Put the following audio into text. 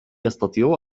يستطيع